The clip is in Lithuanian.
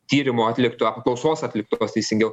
tyrimo atlikto apklausos atliktos teisingiau